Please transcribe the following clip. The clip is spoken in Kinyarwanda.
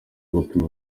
gupima